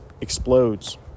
explodes